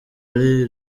ari